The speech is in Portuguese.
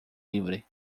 livre